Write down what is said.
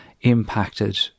impacted